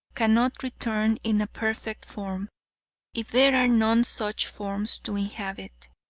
cannot return in a perfect form if there are none such forms to inhabit,